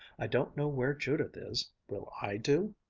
i don't know where judith is. will i do?